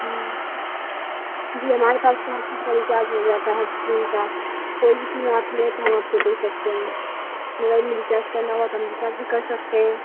جی ہمارے پاس کا ریچارج ہو جاتا ہےڈکون کا کوئی بھی فم آپ لیں تو ہم آپ کو دے سکتے ہیں موبائل میں ریچارج کرنا ہوا تو ہم ریچارج بھی کر سکتے ہیں